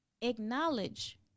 acknowledge